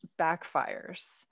backfires